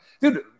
Dude